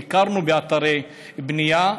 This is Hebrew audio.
ביקרנו באתרי בנייה,